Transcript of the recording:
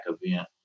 event